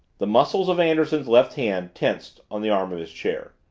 the muscles of anderson's left hand tensed on the arm of his chair.